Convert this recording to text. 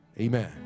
amen